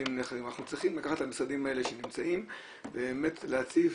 אנחנו צריכים לקחת את המשרדים האלה ובאמת להציף